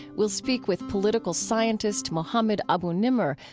we'll speak with political scientist mohammed abu-nimer,